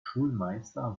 schulmeister